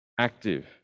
active